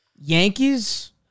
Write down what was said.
Yankees